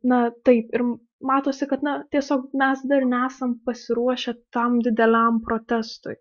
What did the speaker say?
na taip ir matosi kad na tiesiog mes dar nesam pasiruošę tam dideliam protestui